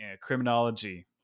criminology